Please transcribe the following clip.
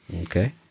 Okay